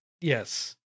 yes